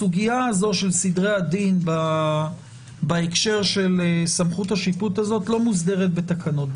הסוגיה הזו של סדרי הדין בהקשר של סמכות השיפוט הזאת לא מוסדרת בתקנות.